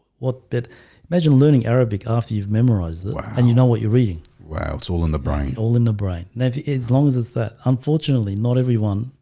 what but imagine learning arabic after you've memorized them and you know what you're reading well, it's all in the brain all in the brain now as long as it's that unfortunately not everyone.